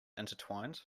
intertwined